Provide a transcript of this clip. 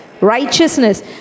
Righteousness